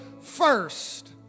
First